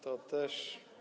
To też.